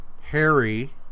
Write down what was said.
Harry